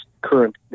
current